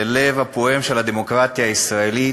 ללב הפועם של הדמוקרטיה הישראלית,